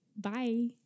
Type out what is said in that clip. Bye